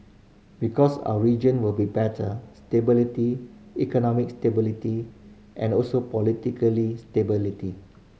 because our region will be better stability economic stability and also politically stability